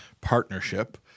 partnership